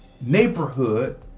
neighborhood